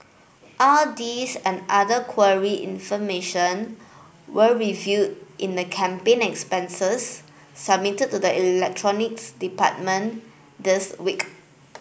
all these and other information were revealed in the campaign expenses submitted to the Electronics Department this week